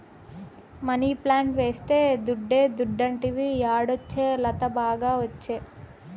money plant వేస్తే దుడ్డే దుడ్డంటివి యాడొచ్చే లత, బాగా ఒచ్చే